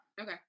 Okay